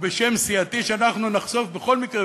ובשם סיעתי שנחשוף בכל מקרה,